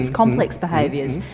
complex behaviours,